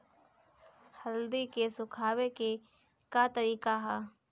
हल्दी के सुखावे के का तरीका ह?